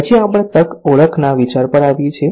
પછી આપણે તક ઓળખના વિચાર પર આવીએ છીએ